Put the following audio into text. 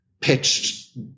pitched